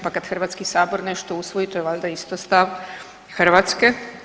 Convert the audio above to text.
Pa kad Hrvatski sabor nešto usvoji to je valjda isto stav Hrvatske.